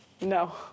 No